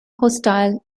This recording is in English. hostile